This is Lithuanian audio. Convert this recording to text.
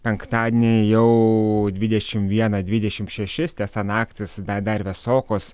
penktadienį jau dvidešim vieną dvidešim šešis tiesa naktys da dar vėsokos